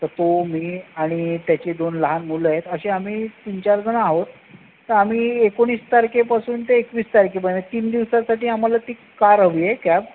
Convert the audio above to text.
तर तो मी आणि त्याची दोन लहान मुलं आहेत असे आम्ही तीन चार जणं आहोत तर आम्ही एकोणीस तारखेपासून ते एकवीस तारखेपर्यंत तीन दिवसासाठी आम्हाला ती कार हवी आहे कॅब